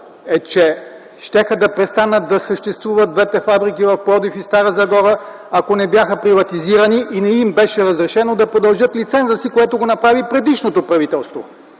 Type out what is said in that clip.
е, че щяха да престанат да съществуват двете фабрики в Пловдив и Стара Загора, ако не бяха приватизирани и не им беше разрешено да продължат лиценза си, което го направи предишното правителство.